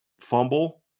fumble